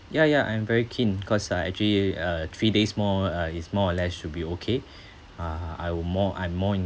ya ya I'm very keen cause uh actually uh three days more uh is more or less should be okay (uh huh) I will more I'm more